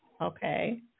okay